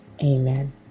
amen